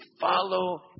follow